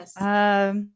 Yes